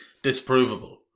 disprovable